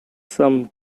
some